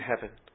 heaven